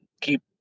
keep